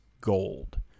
gold